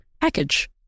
package